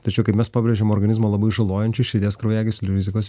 tačiau kaip mes pabrėžiam organizmo labai žalojančių širdies kraujagyslių rizikos